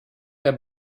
der